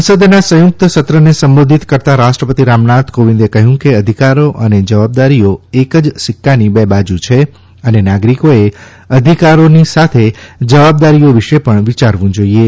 સંસદના સંયુક્ત સત્રને સંબોધિત કરતા રાષ્ટ્રપતિ રામનાથ કોવિંદે કહ્યું કે અધિકારો અને જવાબદારીઓ એક જ સિક્કાની બે બાજુ છે અને નાગરિકોએ અધિકારીની સાથે જવાબદારીઓ વિશે પણ વિચારવું જોઇએ